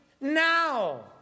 now